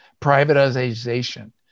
Privatization